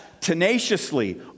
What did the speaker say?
tenaciously